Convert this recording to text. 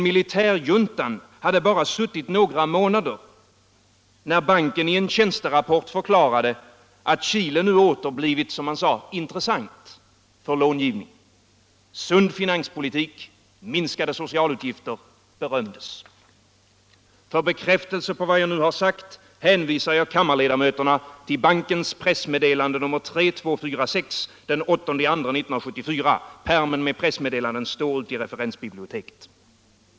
Militärjuntan hade bara suttit några månader när banken i en tjänsterapport förklarade att Chile nu åter blivit intressant för långivning. Sund finanspolitik och minskade socialutgifter berömdes. För bekräftelse på vad jag nu sagt hänvisar jag kammarledamöterna till bankens pressmeddelande nr 3246 den 8 februari 1974. Pärmen med pressmeddelanden står i referensbiblioteket.